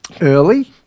early